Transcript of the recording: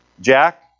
Jack